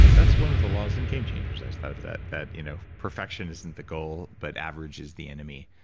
that's one of the laws in game changers. i just thought of that, that you know perfection isn't the goal, but average is the enemy.